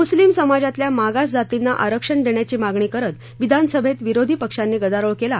मुस्लिम समाजातल्या मागास जातींना आरक्षण देण्याची मागणी करीत विधान सभेत विरोधी पक्षांनी गदारोळ केला